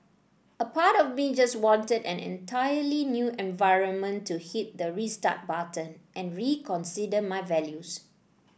a part of me just wanted an entirely new environment to hit the restart button and reconsider my values